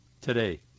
today